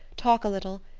talk a little,